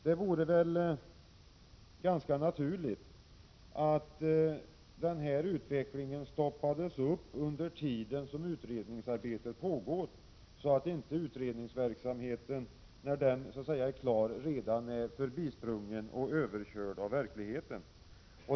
Det vore väl ganska naturligt att denna utveckling stoppades upp under tiden som utredningsarbetet pågår, så att inte utredningen är förbisprungen och överkörd av verkligheten när den är klar.